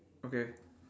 okay